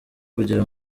kugira